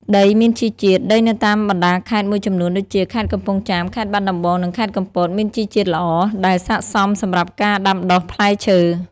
ដីមានជីជាតិ ដីនៅតាមបណ្តាខេត្តមួយចំនួនដូចជា ខេត្តកំពង់ចាម ខេត្តបាត់ដំបង និងខេត្តកំពត មានជីជាតិល្អ ដែលស័ក្តិសមសម្រាប់ការដាំដុះផ្លែឈើ។